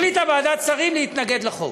החליטה ועדת שרים להתנגד לחוק.